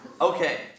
Okay